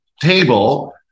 table